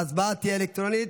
ההצבעה תהיה אלקטרונית.